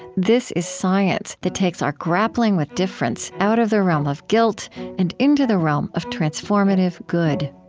this is science that takes our grappling with difference out of the realm of guilt and into the realm of transformative good